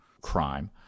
crime